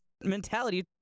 mentality